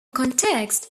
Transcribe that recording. context